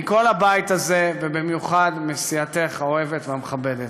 מכל הבית הזה, ובמיוחד מסיעתך האוהבת והמכבדת.